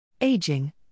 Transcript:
Aging